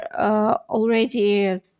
already